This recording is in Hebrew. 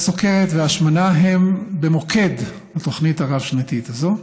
הסוכרת וההשמנה הן במוקד התוכנית הרב-שנתית הזאת.